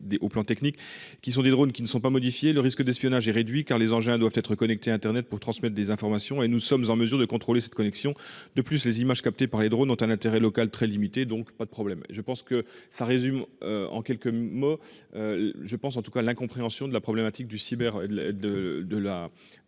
au plan technique, qui sont des drone qui ne sont pas modifiées. Le risque d'espionnage et réduit car les engins doivent être connecté à Internet pour transmettre des informations et nous sommes en mesure de contrôler cette connexion. De plus, les images captées par les drone ont un intérêt local très limitée, donc pas de problème, je pense que ça résume en quelques mots. Je pense en tout cas l'incompréhension de la problématique du cyber de de la